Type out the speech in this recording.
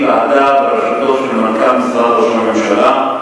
ועדה בראשותו של מנכ"ל משרד ראש הממשלה,